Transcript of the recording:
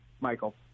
Michael